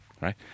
right